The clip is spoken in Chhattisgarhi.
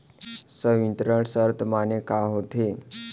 संवितरण शर्त माने का होथे?